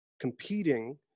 competing